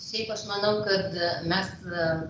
šiaip aš manau kad mes